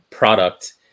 product